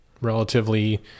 relatively